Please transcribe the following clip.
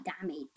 damage